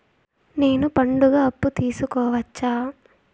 నేను పండుగ అప్పు తీసుకోవచ్చా?